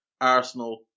Arsenal